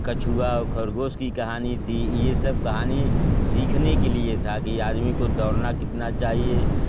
कछुआ और ख़रगोश की कहानी थी ये सब कहानी सीखाने के लिए था कि आदमी को दौड़ना कितना चाहिए